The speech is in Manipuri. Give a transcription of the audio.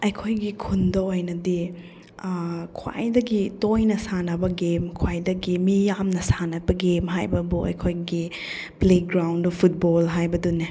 ꯑꯩꯈꯣꯏꯒꯤ ꯈꯨꯟꯗ ꯑꯣꯏꯅꯗꯤ ꯈ꯭ꯋꯥꯏꯗꯒꯤ ꯇꯣꯏꯅ ꯁꯥꯟꯅꯕ ꯒꯦꯝ ꯈ꯭ꯋꯥꯏꯗꯒꯤ ꯃꯤꯌꯥꯝꯅ ꯁꯥꯟꯅꯕ ꯒꯦꯝ ꯍꯥꯏꯕꯕꯨ ꯑꯩꯈꯣꯏꯒꯤ ꯄ꯭ꯂꯦꯒ꯭ꯔꯥꯎꯟꯗ ꯐꯨꯠꯕꯣꯜ ꯍꯥꯏꯕꯗꯨꯅꯤ